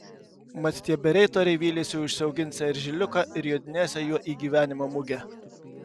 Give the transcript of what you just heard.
mat tie bereitoriai vylėsi užsiauginsią eržiliuką ir jodinėsią juo į gyvenimo mugę